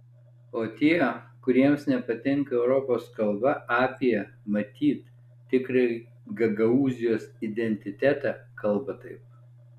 o tie kuriems nepatinka europos kalba apie matyt tikrąjį gagaūzijos identitetą kalba taip